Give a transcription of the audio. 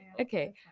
Okay